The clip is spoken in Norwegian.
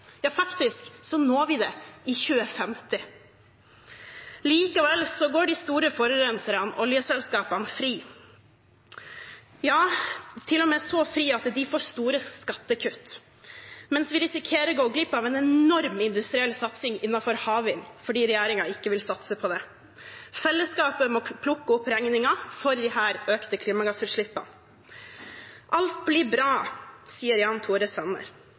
faktisk når vi det i 2050. Likevel går de store forurenserne, oljeselskapene, fri – til og med så fri at de får store skattekutt, mens vi risikerer å gå glipp av en enorm industriell satsing innenfor havvind, fordi regjeringen ikke vil satse på det. Fellesskapet må plukke opp regningen for disse økte klimagassutslippene. Alt blir bra, sier Jan Tore Sanner,